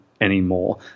anymore